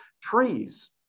Trees